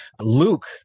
Luke